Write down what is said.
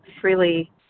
freely